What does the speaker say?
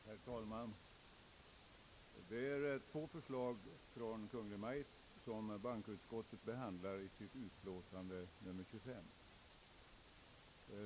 Herr talman! Det är två förslag från Kungl. Maj:t som bankoutskottet behandlar i sitt utlåtande nr 25.